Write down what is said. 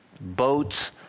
boats